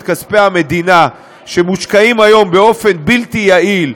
את כספי המדינה שמושקעים היום באופן בלתי יעיל,